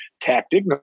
tactic